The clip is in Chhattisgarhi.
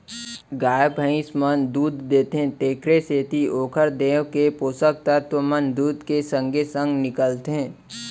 गाय भइंस मन दूद देथे तेकरे सेती ओकर देंव के पोसक तत्व मन दूद के संगे संग निकलथें